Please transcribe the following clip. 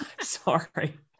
sorry